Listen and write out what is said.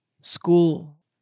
school